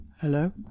Hello